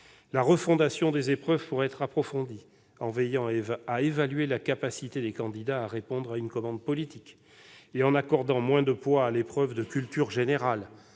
La refondation des épreuves pourrait être approfondie en veillant à évaluer la capacité des candidats à répondre à une commande politique et en accordant moins de poids à l'épreuve de culture générale.